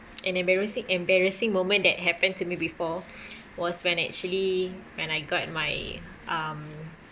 an embarrassi~ embarrassing moment that happened to me before was when actually when I got my um